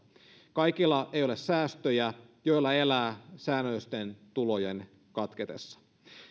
kaikilla ei ole säästöjä joilla elää säännöllisten tulojen katketessa